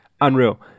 unreal